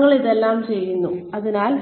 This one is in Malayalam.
ഞങ്ങൾ ഇതെല്ലാം ചെയ്യുന്നു അതിനാൽ